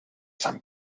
sant